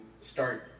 start